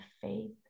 faith